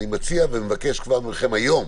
אני מציע ומבקש כבר ממכם היום